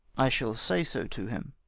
i shall say so to him.